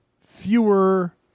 fewer